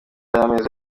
y’amezi